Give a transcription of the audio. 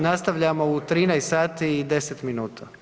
Nastavljamo u 13 sati i 10 minuta.